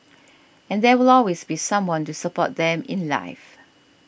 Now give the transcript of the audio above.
and there will always be someone to support them in life